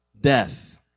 death